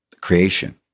creation